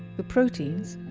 the proteins,